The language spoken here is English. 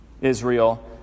Israel